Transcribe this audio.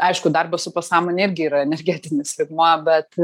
aišku darbas su pasąmone irgi yra energetinis lygmuo bet